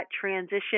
transition